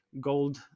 gold